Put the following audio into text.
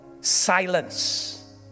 silence